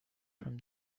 from